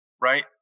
right